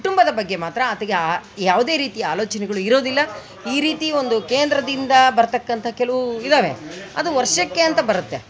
ಕುಟುಂಬದ ಬಗ್ಗೆ ಮಾತ್ರ ಆತಗೆ ಯಾವುದೇ ರೀತಿಯ ಆಲೋಚನೆಗಳು ಇರೋದಿಲ್ಲ ಈ ರೀತಿ ಒಂದು ಕೇಂದ್ರದಿಂದ ಬರ್ತಕ್ಕಂಥ ಕೆಲವು ಇದಾವೆ ಅದು ವರ್ಷಕ್ಕೆ ಅಂತ ಬರುತ್ತೆ